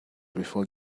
before